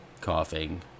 coughing